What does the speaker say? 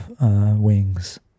wings